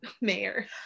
mayor